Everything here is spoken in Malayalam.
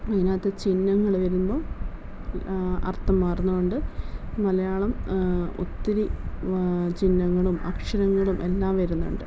അതിനകത്ത് ചിഹ്നങ്ങൾ വരുമ്പോൾ അർത്ഥം മാറുന്നത് കൊണ്ട് മലയാളം ഒത്തിരി ചിഹ്നങ്ങളും അക്ഷരങ്ങളും എല്ലാം വരുന്നുണ്ട്